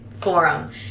forum